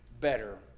better